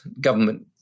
government